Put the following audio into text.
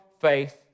faith